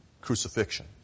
crucifixion